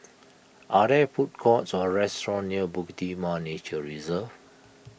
are there food courts or restaurants near Bukit Timah Nature Reserve